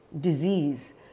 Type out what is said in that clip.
disease